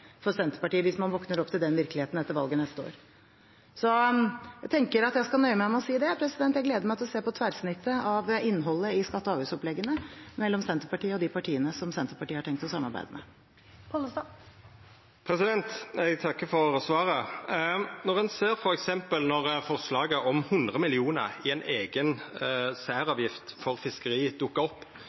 for Senterpartiet hvis man våkner opp til den virkeligheten etter valget neste år. Jeg tenker at jeg skal nøye meg med å si det. Jeg gleder meg til å se på tverrsnittet av innholdet i skatte- og avgiftsoppleggene mellom Senterpartiet og de partiene som Senterpartiet har tenkt å samarbeide med. Eg takkar for svaret. Ein ser f.eks. at då forslaget om 100 mill. kr i ei eiga særavgift for fiskeri dukka opp,